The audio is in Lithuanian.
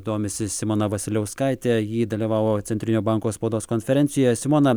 domisi simona vasiliauskaitė ji dalyvavo centrinio banko spaudos konferencijoje simona